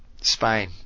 Spain